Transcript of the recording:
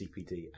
CPD